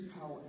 power